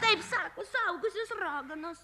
taip sako suaugusios raganos